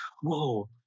whoa